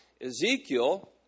Ezekiel